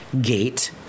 Gate